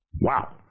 Wow